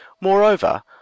Moreover